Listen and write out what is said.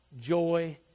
joy